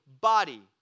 body